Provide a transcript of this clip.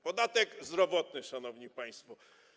Podatek zdrowotny, szanowni państwo.